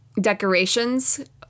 decorations